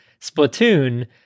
splatoon